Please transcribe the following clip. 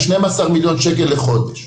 כ-12 מיליון שקל לחודש.